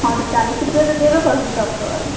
हँ तऽ चालीस रुपैए तऽ देबे करैत छै सबतरि